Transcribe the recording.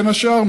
בין השאר,